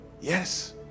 Yes